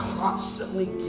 constantly